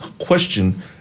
question